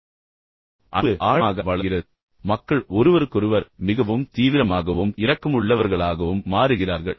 மக்கள் மீண்டும் நெருங்கி வருகிறார்கள் மக்கள் ஒருவருக்கொருவர் மிகவும் தீவிரமாகவும் இரக்கமுள்ளவர்களாகவும் மாறுகிறார்கள்